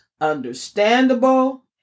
understandable